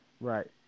Right